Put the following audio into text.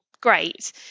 Great